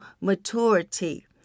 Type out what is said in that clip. maturity